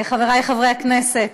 חבריי חברי הכנסת,